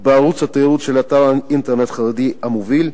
בערוץ התיירות של אתר האינטרנט החרדי המוביל,